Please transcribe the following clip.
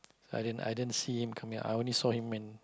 i didn't i didn't see him coming I only saw him when